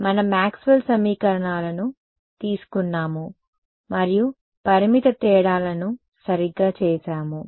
మనం మాక్స్వెల్ సమీకరణాలను తీసుకున్నాము మరియు పరిమిత తేడాలను సరిగ్గా చేసాము